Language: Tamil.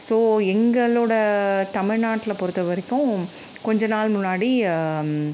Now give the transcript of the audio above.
ஸோ எங்களோடய தமிழ்நாட்டில் பொறுத்த வரைக்கும் கொஞ்ச நாள் முன்னாடி